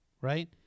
right